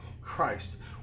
christ